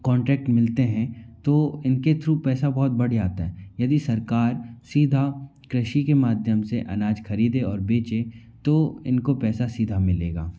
contract मिलते हैं तो इनके थ्रू पैसा बहुत बट जाता है यदि सरकार सीधा कृषि के माध्यम से अनाज ख़रीदे और बेचे तो इनको पैसा सीधा मिलेगा